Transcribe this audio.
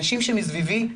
אנשים שמסביבי,